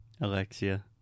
Alexia